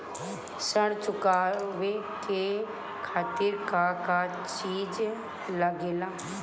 ऋण चुकावे के खातिर का का चिज लागेला?